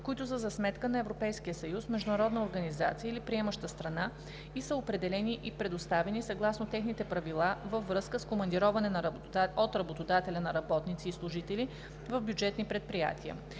които са за сметка на Европейския съюз, международна организация или приемаща страна и са определени и предоставени съгласно техните правила във връзка с командироване от работодателя на работници и служители в бюджетни предприятия.“